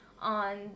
on